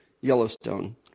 Yellowstone